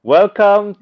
Welcome